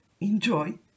enjoy